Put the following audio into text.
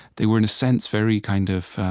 they were, in a sense, very kind of